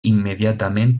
immediatament